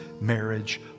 marriage